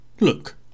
Look